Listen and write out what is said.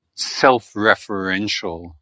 self-referential